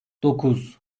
dokuz